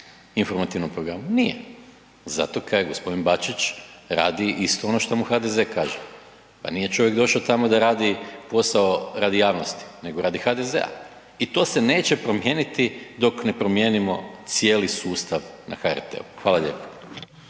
informativnom programu? Nije zato kaj g. Bačić radi isto ono što mu HDZ kaže, pa nije čovjek došo tamo da radi posao radi javnosti nego radi HDZ-a i to se neće promijeniti dok ne promijenimo cijeli sustav na HRT-u. Hvala lijepo.